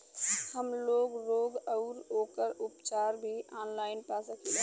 हमलोग रोग अउर ओकर उपचार भी ऑनलाइन पा सकीला?